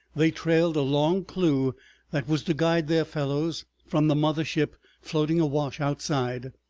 they trailed a long clue that was to guide their fellows from the mother ship floating awash outside.